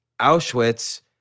Auschwitz